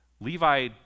Levi